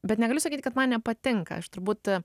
bet negaliu sakyti kad man nepatinka aš turbūt